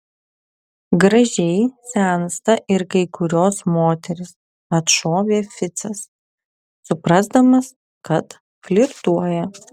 gražiai sensta ir kai kurios moterys atšovė ficas suprasdamas kad flirtuoja